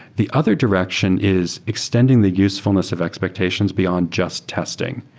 the other direction is extending the usefulness of expectations beyond just testing.